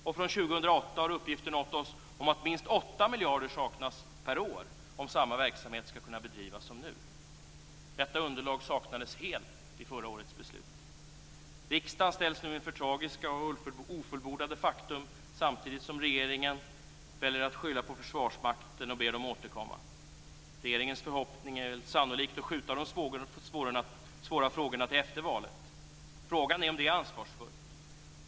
Och från 2008 har uppgifter nått oss om att minst 8 miljarder saknas per år om samma verksamhet som nu skall bedrivas. Detta underlag saknades helt i förra årets beslut. Riksdagen ställs nu inför tragiska och ofullbordade faktum samtidigt som regeringen väljer att skylla på Försvarsmakten och ber dem återkomma. Regeringens förhoppning är väl sannolikt att skjuta de svåra frågorna till efter valet. Frågan är om det är ansvarsfullt.